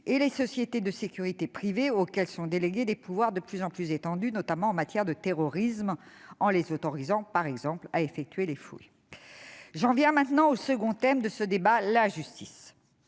et les sociétés de sécurité privée, auxquelles sont délégués des pouvoirs de plus en plus étendus, notamment en matière de terrorisme- elles sont autorisées, par exemple à effectuer des fouilles. J'en viens maintenant au second thème de ce débat : la justice.